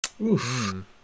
Oof